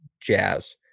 Jazz